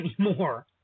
anymore